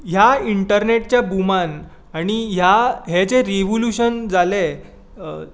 ह्या इंटरनॅटच्या बुमांत आनी ह्या हें जें रिवुल्यूशन जालें